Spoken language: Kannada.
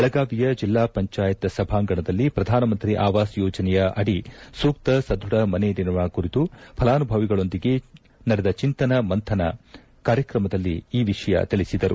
ಬೆಳಗಾವಿಯ ಜೆಲ್ಲಾ ಪಂಚಾಯಿತ್ ಸಭಾಂಗಣದಲ್ಲಿ ಪ್ರಧಾನಮಂತ್ರಿ ಆವಾಸ್ ಯೋಜನೆಯ ಅದಿ ಸೂಕ್ತ ಸದ್ವಧ ಮನೆ ನಿರ್ಮಾಣ ಕುರಿತು ಫಲಾನುವಿಗಳೊಂದಿಗೆ ನಡೆದ ಚಿಂತನ ಮಥನ ಕಾರ್ಯಕ್ರಮದಲ್ಲಿ ಈ ವಿಷಯ ತಿಳಿಸಿದರು